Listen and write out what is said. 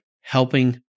helping